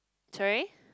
sorry